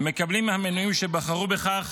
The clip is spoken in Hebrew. מקבלים המנויים שבחרו בכך